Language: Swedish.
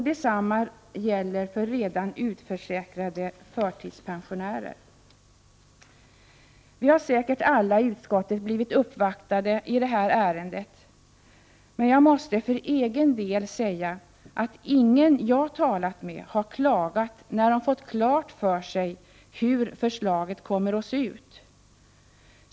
Detsamma gäller för redan utförsäkrade förtidspensionärer. Vi har säkert alla i utskottet blivit uppvaktade i det här ärendet, men jag måste för egen del säga att ingen jag talat med har klagat när man fått klart för sig hur förslaget kommer att se ut.